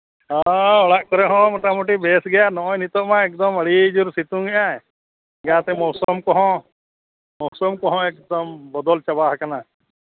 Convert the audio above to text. ᱦᱮᱸ ᱚᱲᱟᱜ ᱠᱚᱨᱮ ᱦᱚᱸ ᱢᱳᱴᱟᱢᱩᱴᱤ ᱵᱮᱥ ᱜᱮ ᱱᱚᱜᱼᱚᱸᱭ ᱱᱤᱛᱚᱝ ᱢᱟ ᱟᱹᱰᱤ ᱡᱳᱨ ᱥᱤᱛᱩᱝ ᱮᱜ ᱟᱭ ᱡᱟᱦᱟᱸ ᱥᱮᱫ ᱢᱳᱥᱩᱢ ᱠᱚᱦᱚᱸ ᱢᱳᱥᱩᱢ ᱠᱚᱦᱚᱸ ᱮᱠᱫᱚᱢ ᱵᱚᱫᱚᱞ ᱪᱟᱵᱟ ᱟᱠᱟᱱᱟ